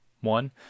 one